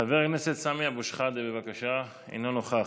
חבר הכנסת סמי אבו שחאדה, בבקשה, אינו נוכח.